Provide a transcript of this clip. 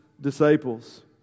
disciples